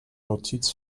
notiz